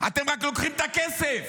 אתם רק לוקחים את הכסף.